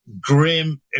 grim